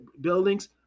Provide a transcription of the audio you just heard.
buildings